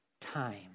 time